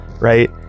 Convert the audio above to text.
right